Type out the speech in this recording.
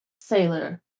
Sailor